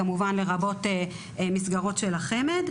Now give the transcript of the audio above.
כמובן לרבות מסגרות של החמ"ד,